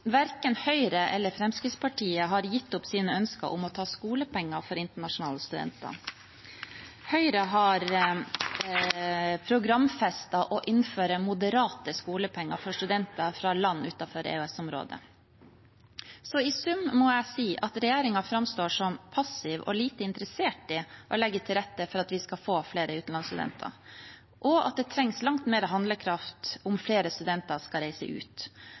Verken Høyre eller Fremskrittspartiet har gitt opp sine ønsker om å ta skolepenger av internasjonale studenter. Høyre har programfestet å innføre moderate skolepenger for studenter fra land utenfor EØS-området. I sum må jeg si at regjeringen framstår som passiv og lite interessert i å legge til rette for at vi skal få flere utenlandsstudenter, og at det trengs langt mer handlekraft om flere studenter skal reise ut.